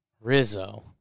Rizzo